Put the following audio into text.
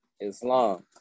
Islam